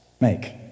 make